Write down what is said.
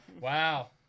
wow